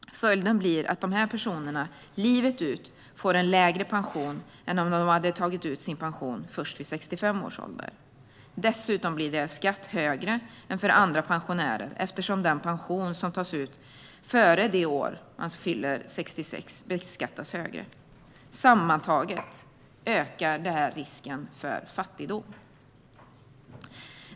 Följden blir att de här personerna livet ut får en lägre pension än om de hade tagit ut sin pension först vid 65 års ålder. Dessutom blir deras skatt högre än för andra pensionärer, eftersom den pension som tas ut före det år man fyller 66 beskattas högre. Sammantaget ökar det här risken för fattigdom.